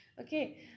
okay